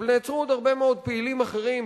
אבל נעצרו עוד הרבה מאוד פעילים אחרים,